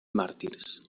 màrtirs